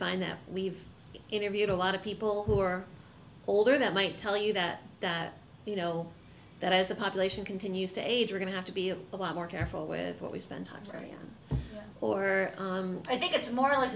find that we've interviewed a lot of people who are older that might tell you that that you know that as the population continues to age we're going to have to be a lot more careful with what we spend time studying or i think it's more like